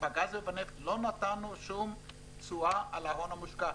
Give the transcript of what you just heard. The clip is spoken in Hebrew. בגז ובנפט לא נתנו שום תשואה על ההון המושקע.